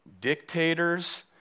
dictators